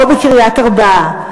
או בקריית-ארבע,